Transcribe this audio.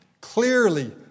Clearly